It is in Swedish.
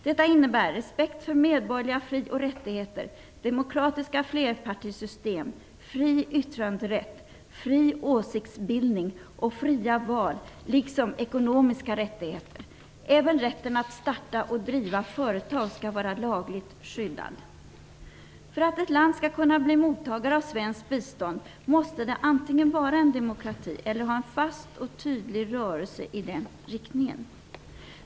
Detta innebär respekt för medborgerliga fri och rättigheter, demokratiska flerpartisystem, fri yttranderätt, fri åsiktsbildning och fria val liksom ekonomiska rättigheter. Även rätten att starta och driva företag skall vara lagligt skyddad. För att ett land skall kunna bli mottagare av svenskt bistånd, måste det antingen vara en demokrati eller ha en fast och tydlig rörelse i den riktningen.